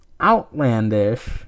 outlandish